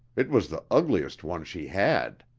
it was the ugliest one she had!